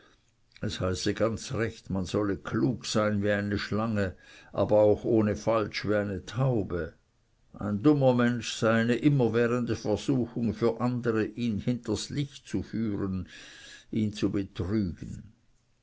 es heiße ganz recht man solle klug sein wie eine schlange aber auch ohne falsch wie eine taube ein dummer mensch sei eine immerwährende versuchung für andere ihn hinters licht zu führen ihn zu betrügen